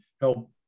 help